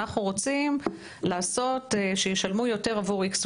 אנחנו רוצים לעשות שישלמו יותר עבור X,